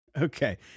Okay